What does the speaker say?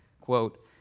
quote